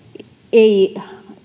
ei